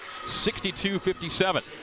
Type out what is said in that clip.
62-57